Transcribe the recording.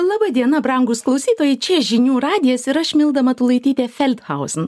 laba diena brangūs klausytojai čia žinių radijas ir aš milda matulaitytė felhauzen